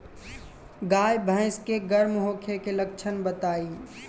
गाय भैंस के गर्म होखे के लक्षण बताई?